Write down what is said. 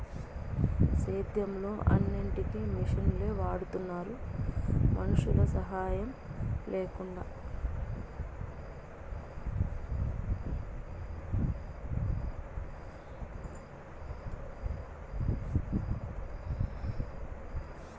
సేద్యంలో అన్నిటికీ మిషనులే వాడుతున్నారు మనుషుల సాహాయం లేకుండా